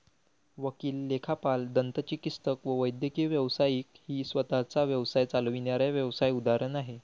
वकील, लेखापाल, दंतचिकित्सक व वैद्यकीय व्यावसायिक ही स्वतः चा व्यवसाय चालविणाऱ्या व्यावसाय उदाहरण आहे